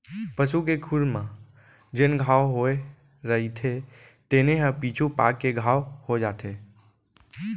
पसू के खुर म जेन घांव होए रइथे तेने ह पीछू पाक के घाव हो जाथे